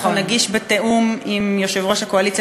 אנחנו נגיש בתיאום עם יושב-ראש הקואליציה